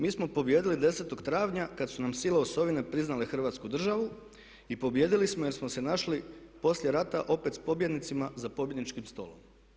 Mi smo pobijedili 10. travnja kada su nam sile osovine priznale Hrvatsku državu i pobijedili smo jer smo se našli poslije rata opet s pobjednicima za pobjedničkim stolom.